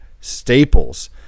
staples